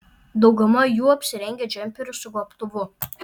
dauguma jų apsirengę džemperiu su gobtuvu